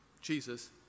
Jesus